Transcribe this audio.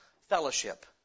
fellowship